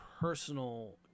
personal